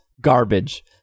garbage